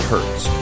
Hertz